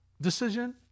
decision